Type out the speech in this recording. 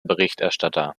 berichterstatter